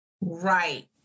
Right